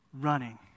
running